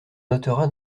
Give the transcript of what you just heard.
notera